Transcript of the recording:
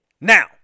Now